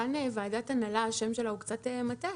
השם של ועדת הנהלה כאן הוא קצת מטעה.